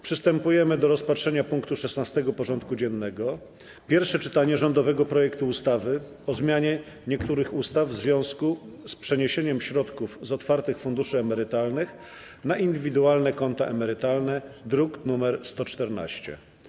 Przystępujemy do rozpatrzenia punktu 16. porządku dziennego: Pierwsze czytanie rządowego projektu ustawy o zmianie niektórych ustaw w związku z przeniesieniem środków z otwartych funduszy emerytalnych na indywidualne konta emerytalne (druk nr 114)